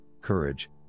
courage